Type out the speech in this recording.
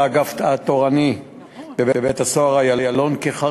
לאגף התורני בבית-הסוהר "איילון"